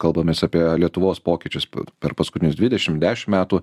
kalbamės apie lietuvos pokyčius per paskutinius dvidešimt dešimt metų